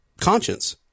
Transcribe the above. conscience